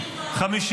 התקבלה.